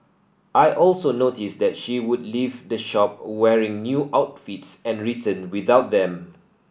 I also noticed that she would leave the shop wearing new outfits and returned without them